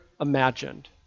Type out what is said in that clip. imagined